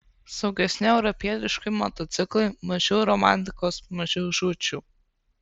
saugesni europietiški motociklai mažiau romantikos mažiau žūčių